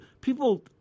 people